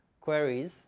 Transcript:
queries